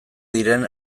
diren